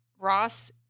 Ross